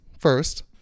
first